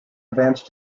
advanced